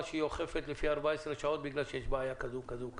שהיא אוכפת לפי 14 שעות בגלל שיש בעיה כזו וכזו.